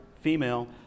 female